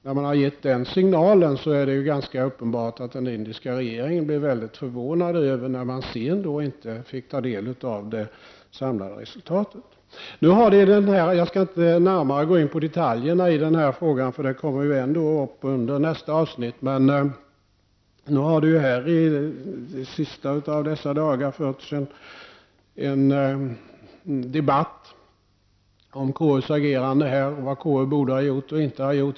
När man har gett den signalen är det ganska uppenbart att den indiska regeringen blev väldigt förvånad över att den sedan inte fick ta del av det samlade resultatet. Jag skall inte närmare gå in på detaljerna i den här frågan, eftersom de ändå kommer upp under nästa avsnitt. Under de senaste dagarna har det förts en debatt om KUs agerande här och om vad KU borde ha gjort och inte skulle ha gjort.